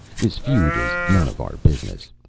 this feud is none of our business.